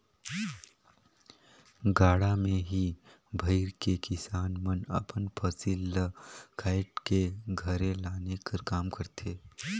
गाड़ा मे ही भइर के किसान मन अपन फसिल ल काएट के घरे लाने कर काम करथे